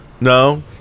No